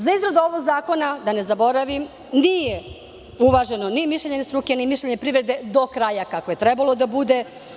Za izradu ovog zakona, da ne zaboravim, nije uvaženo ni mišljenje struke, ni mišljenje privrede do kraja kako je trebalo da bude.